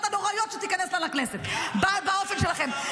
הנוראיות שתיכנסנה לכנסת באופן שלכם.